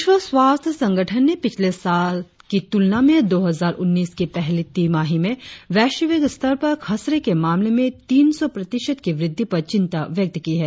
विश्व स्वास्थ्य संगठन ने पिछले साल की तुलना में दो हजार उन्नीस की पहली तिमाही में वैश्विक स्तर पर खसरे के मामले में तीन सौ प्रतिशत की वृद्धि पर चिंता व्यक्त की है